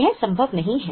यह संभव नहीं है